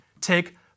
take